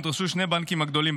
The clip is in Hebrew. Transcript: נדרשו שני הבנקים הגדולים,